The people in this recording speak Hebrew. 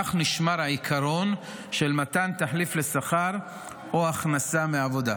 כך נשמר העיקרון של מתן תחליף לשכר או הכנסה מעבודה.